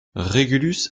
régulus